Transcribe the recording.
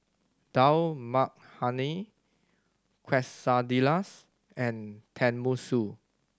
Dal Makhani Quesadillas and Tenmusu